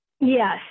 Yes